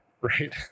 right